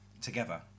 together